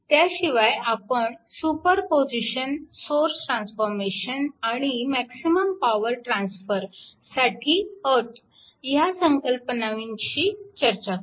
त्याशिवाय आपण superposition source transformation आणि मॅक्सिमम पॉवर ट्रान्स्फर साठी अट ह्या संकल्पनांविषयी चर्चा करू